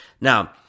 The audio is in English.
Now